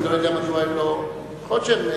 אני לא יודע מדוע הם לא, יכול להיות